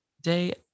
day